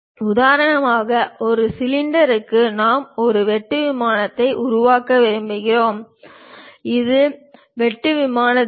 உதாரணமாக ஒரு சிலிண்டருக்கு நாம் ஒரு வெட்டு விமானத்தை உருவாக்க விரும்புகிறோம் இது வெட்டு விமான திசை